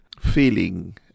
feeling